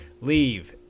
leave